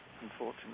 unfortunately